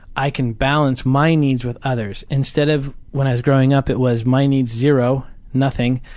i can balance my needs with others'. instead of when i was growing up, it was my needs zero, nothing,